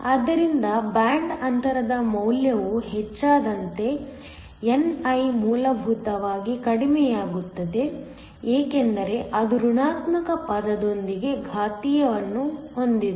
ಆದ್ದರಿಂದ ಬ್ಯಾಂಡ್ ಅಂತರದ ಮೌಲ್ಯವು ಹೆಚ್ಚಾದಂತೆ ni ಮೂಲಭೂತವಾಗಿ ಕಡಿಮೆಯಾಗುತ್ತದೆ ಏಕೆಂದರೆ ಅದು ಋಣಾತ್ಮಕ ಪದದೊಂದಿಗೆ ಘಾತೀಯವನ್ನು ಹೊಂದಿದೆ